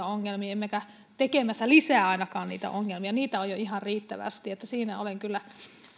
ongelmiin emmekä ainakaan tekemässä lisää ongelmia niitä on jo ihan riittävästi että siinä olen kyllä